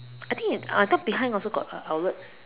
I think it I thought behind also got a outlet